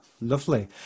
lovely